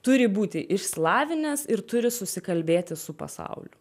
turi būti išsilavinęs ir turi susikalbėti su pasauliu